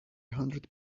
hundred